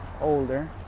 older